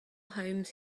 homes